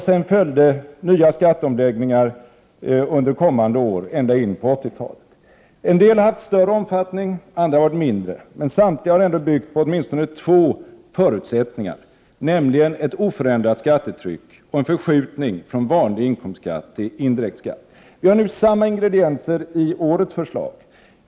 Sedan följde nya skatteomläggningar under kommande år ända in på 1980-talet. En del har haft större omfattning — andra har varit mindre. Samtliga har ändå byggt på åtminstone två förutsättningar: ett oförändrat skattetryck och en förskjutning från vanlig inkomstskatt till indirekt skatt. Vi ser nu samma ingredienser i årets förslag.